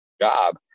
job